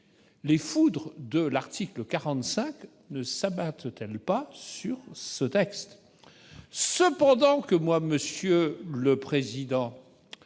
les foudres de l'article 45 ne s'abattent-elles pas sur cette